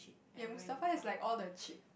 ya Mustafa has like all the cheap